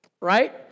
right